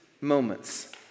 moments